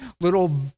little